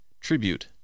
tribute